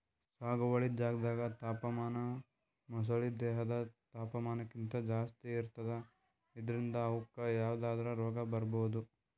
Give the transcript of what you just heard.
ಸಾಗುವಳಿ ಜಾಗ್ದಾಗ್ ತಾಪಮಾನ ಮೊಸಳಿ ದೇಹದ್ ತಾಪಮಾನಕ್ಕಿಂತ್ ಜಾಸ್ತಿ ಇರ್ತದ್ ಇದ್ರಿಂದ್ ಅವುಕ್ಕ್ ಯಾವದ್ರಾ ರೋಗ್ ಬರ್ಬಹುದ್